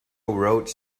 wrote